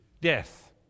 death